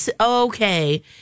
Okay